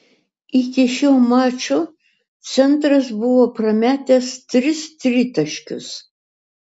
iki šio mačo centras buvo prametęs tris tritaškius